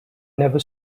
never